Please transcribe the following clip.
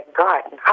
garden